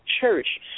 church